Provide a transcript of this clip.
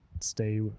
stay